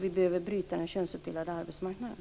Vi behöver bryta den könsuppdelade arbetsmarknaden.